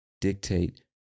dictate